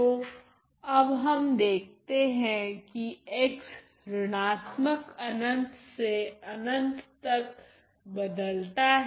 तो अब हम देखते है कि x ऋणात्मक अनंत से अनंत तक बदलता है